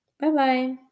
Bye-bye